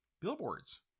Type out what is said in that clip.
billboards